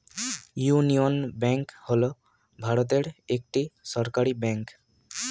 union bank হল ভারতের একটি সরকারি ব্যাঙ্ক